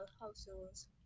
households